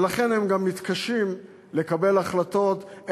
ולכן הם גם מתקשים לקבל החלטות,